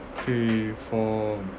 K for